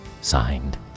Signed